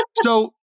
So-